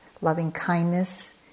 loving-kindness